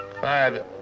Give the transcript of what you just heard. Five